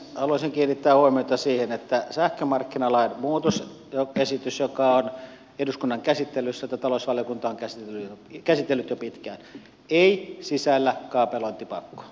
haluaisin kiinnittää huomiota siihen että sähkömarkkinalain muutosesitys joka on eduskunnan käsittelyssä jota talousvaliokunta on käsitellyt jo pitkään ei sisällä kaapelointipakkoa